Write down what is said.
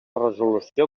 resolució